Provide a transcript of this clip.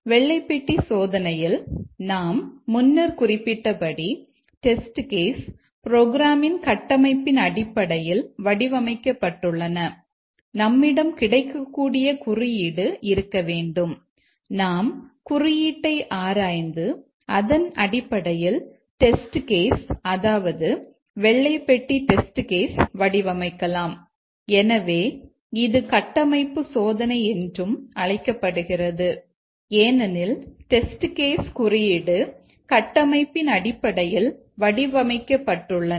வெள்ளை பெட்டி சோதனையில் நாம் முன்னர் குறிப்பிட்டபடி டெஸ்ட் கேஸ் குறியீடு கட்டமைப்பின் அடிப்படையில் வடிவமைக்கப்பட்டுள்ளன